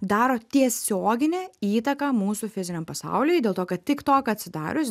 daro tiesioginę įtaką mūsų fiziniam pasauliui dėl to kad tiktok atsidarius